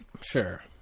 Sure